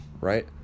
right